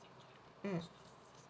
mm